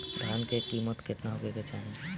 धान के किमत केतना होखे चाही?